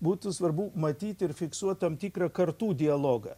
būtų svarbu matyt ir fiksuot tam tikrą kartų dialogą